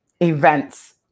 events